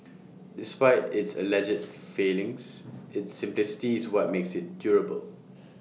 despite its alleged failings its simplicity is what makes IT durable